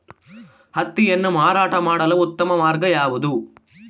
ಹತ್ತಿಯನ್ನು ಮಾರಾಟ ಮಾಡಲು ಉತ್ತಮ ಮಾರ್ಗ ಯಾವುದು?